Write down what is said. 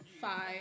five